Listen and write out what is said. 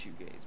shoegaze